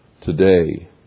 today